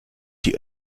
die